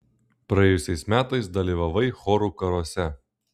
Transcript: praėjusiais metais dalyvavai chorų karuose